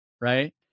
right